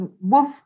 Wolf